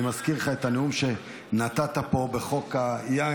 אני מזכיר לך את הנאום שנתת פה בחוק היין,